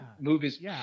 movies